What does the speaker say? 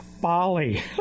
Bali